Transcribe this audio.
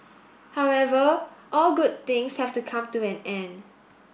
however all good things have to come to an end